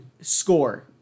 score